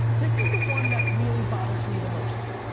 this is the one that really bothers me the most.